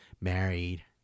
married